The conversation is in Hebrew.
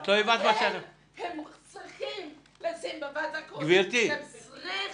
הם צריכים לשים בוועדה ---, צריך